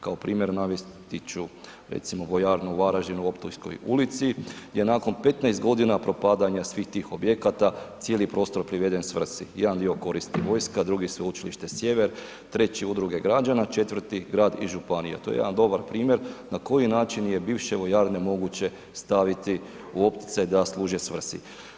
Kao primjer navesti ću recimo vojarnu u Varaždinu u Optujskoj ulici, gdje je nakon 15.g. propadanja svih tih objekata cijeli prostor priveden svrsi, jedan dio koristi vojska, drugi Sveučilište Sjever, treći udruge građana, četvrti grad i županija, to je jedan dobar primjer na koji način je bivše vojarne moguće staviti u opticaj da služe svrsi.